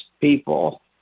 people